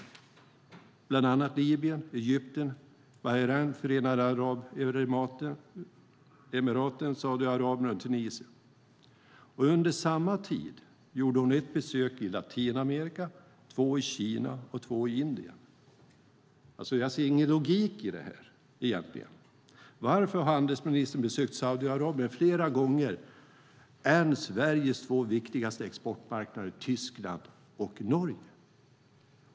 Man besökte bland annat Libyen, Egypten, Bahrain, Förenade Arabemiraten, Saudiarabien och Tunisien. Under samma tid gjorde hon ett besök i Latinamerika, två i Kina och två i Indien. Jag ser ingen logik i det här. Varför har handelsministern besökt Saudiarabien fler gånger än Sveriges två viktigaste exportmarknader Tyskland och Norge?